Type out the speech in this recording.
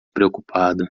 preocupado